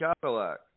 Cadillac